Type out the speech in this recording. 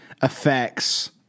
affects